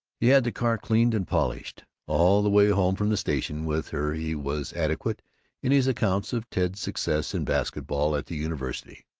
he had the car cleaned and polished. all the way home from the station with her he was adequate in his accounts of ted's success in basket-ball at the university,